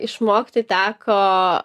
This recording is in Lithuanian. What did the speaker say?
išmokti teko